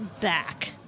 back